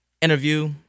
interview